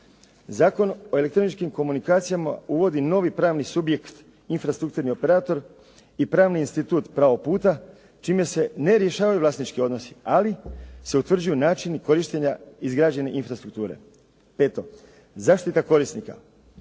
Zakon o elektroničkim komunikacijama uvodi novi pravni subjekt infrastrukturni operator i pravni institut pravog puta, čime se ne rješavaju vlasnički odnosi, ali se utvrđuju načini korištenja izgrađene infrastrukture. Peto, zaštita korisnika.